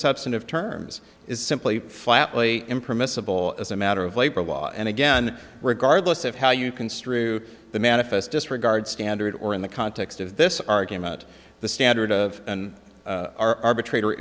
substantive terms is simply flatly impermissible as a matter of labor law and again regardless of how you construe the manifest disregard standard or in the context of this argument the standard of and are arbitra